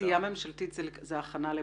עשייה ממשלתית, זאת הכנה לבג"ץ.